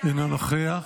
אינו נוכח.